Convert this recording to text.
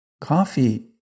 Coffee